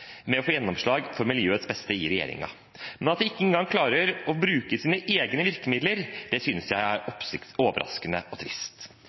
med å få gjennomslag for miljøets beste i regjeringen. Men at de ikke engang klarer å bruke sine egne virkemidler, synes jeg er overraskende og trist.